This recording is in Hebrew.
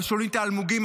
על שונית האלמוגים,